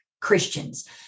Christians